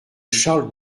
charles